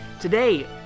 Today